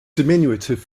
diminutive